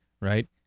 right